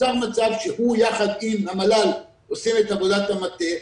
ונוצר מצב שהוא יחד עם המל"ל עושים את עבודת המטה,